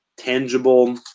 tangible